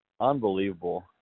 Unbelievable